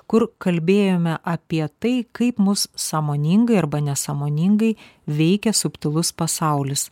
kur kalbėjome apie tai kaip mus sąmoningai arba nesąmoningai veikia subtilus pasaulis